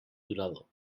durador